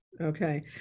okay